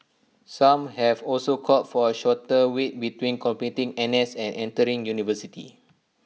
some have also called for A shorter wait between completing N S and entering university